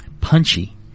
punchy